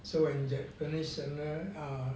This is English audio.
so in japanese and err